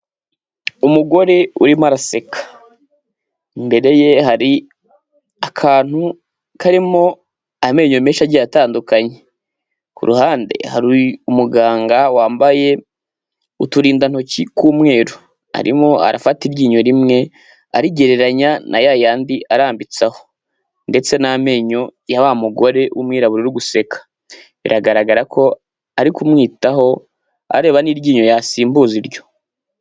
Umugore urimo araseka mbere ye hari akantu karimo amenyo menshi agiye atandukanye ku ruhande hari umuganga wambaye uturindantoki tw'umweru arimo arafata iryinyo rimwe arigereranya na yayandidi arambitseho ndetse n'amenyo ya wa mugore w'umwirabura guseka biragaragara ko ari kumwitaho areba n'iryinyo yasimbuza iryo.